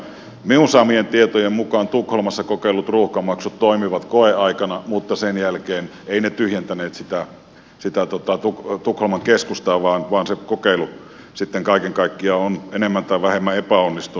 minun saamieni tietojen mukaan tukholmassa kokeillut ruuhkamaksut toimivat koeaikana mutta sen jälkeen eivät ne tyhjentäneet sitä tukholman keskustaa vaan se kokeilu sitten kaiken kaikkiaan on enemmän tai vähemmän epäonnistunut